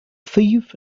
thief